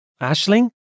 Ashling